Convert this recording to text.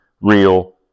real